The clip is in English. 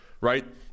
right